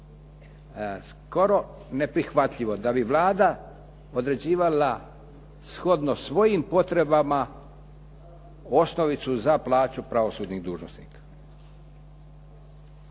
skoro neprihvatljivo da bi Vlada određivala shodno svojim potrebama osnovicu za plaću pravosudnih dužnosnika.